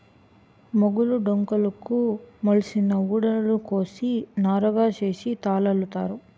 మొగులు డొంకలుకు మొలిసిన ఊడలు కోసి నారగా సేసి తాళల్లుతారు